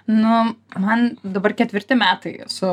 nu man dabar ketvirti metai esu